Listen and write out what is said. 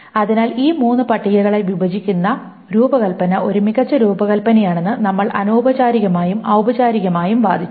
അതിനാൽ ഈ മൂന്ന് പട്ടികകളായി വിഭജിക്കുന്ന രൂപകൽപ്പന ഒരു മികച്ച രൂപകൽപ്പനയാണെന്ന് നമ്മൾ അനൌപചാരികമായും ഔപചാരികമായും വാദിച്ചു